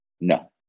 No